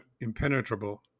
impenetrable